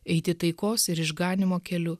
eiti taikos ir išganymo keliu